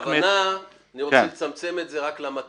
בכוונה אני רוצה לצמצם את זה רק למטֶה.